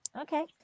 okay